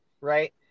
right